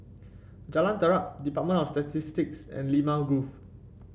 Jalan Terap Department of Statistics and Limau Grove